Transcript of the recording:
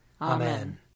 Amen